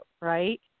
right